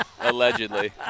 Allegedly